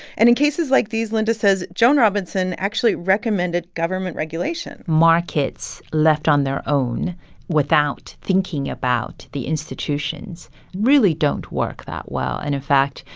and in cases like these, linda says joan robinson actually recommended government regulation markets left on their own without thinking about the institutions really don't work that well. and in fact,